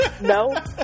no